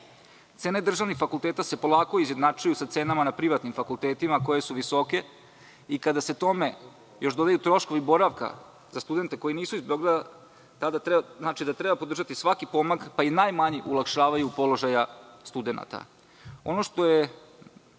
državnih fakulteta se polako izjednačuju sa cenama na privatnim fakultetima koje su visoke i kada se tome još dodaju troškovi boravka za studente koji nisu iz Beograda, znači da treba podržati svaki pomak, pa i najmanji u olakšavanju položaja studenata. Ono